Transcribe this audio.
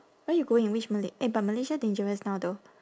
where you going which malay~ eh but malaysia dangerous now though